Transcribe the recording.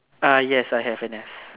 ah yes I have an S